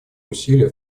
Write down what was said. усилий